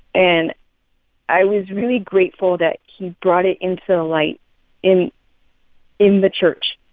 and i was really grateful that he brought it into the light in in the church,